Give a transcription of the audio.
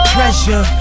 Treasure